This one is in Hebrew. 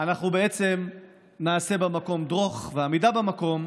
נדאג שהן יהיו במוקדם,